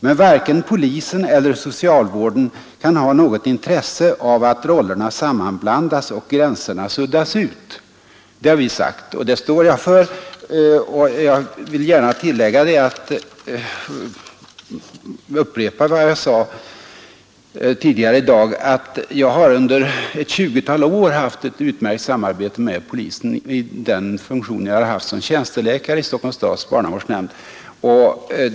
Men varken polisen eller socialvården kan ha något intresse av att rollerna sammanblandas och gränserna suddas ut.” Detta har vi sagt, och det står jag för. Jag vill gärna upprepa vad jag sade tidigare, att jag under ett tjugotal år har haft ett utmärkt samarbete med polisen i min funktion som tjänsteläkare i Stockholms stads barnavårdsnämnd.